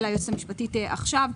אל היועצת המשפטית עכשיו.